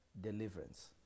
deliverance